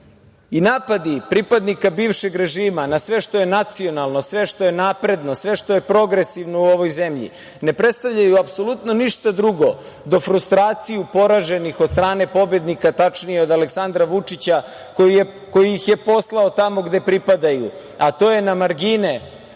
velikog. Napadi pripadnika bivšeg režima na sve što je nacionalno, sve što je napredno, sve što je progresivno u ovoj zemlji ne predstavljaju apsolutno ništa drugo do frustraciju poraženih od strane pobednika, tačnije od Aleksandra Vučića koji ih je poslao tamo gde pripadaju, a to je na margine